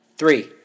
Three